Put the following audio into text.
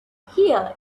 here